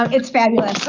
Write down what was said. um it's fabulous.